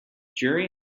jury